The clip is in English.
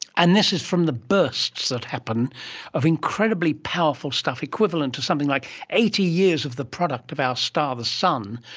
and this is from the bursts that happen of incredibly powerful stuff, equivalent to something like eighty years of the product of our star, the sun,